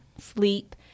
sleep